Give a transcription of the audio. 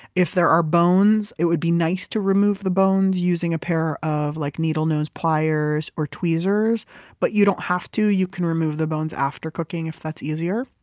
if there are bones, it would be nice to remove the bones using a pair of like needle-nose pliers or tweezers but you don't have to. you can remove the bones after cooking, if that's easier.